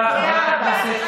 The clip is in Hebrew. תודה רבה.